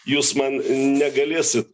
jūs man negalėsit